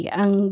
ang